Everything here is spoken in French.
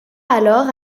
alors